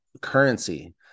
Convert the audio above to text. currency